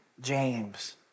James